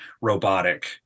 robotic